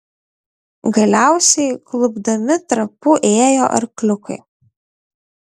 galiausiai klupdami trapu ėjo arkliukai